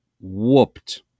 whooped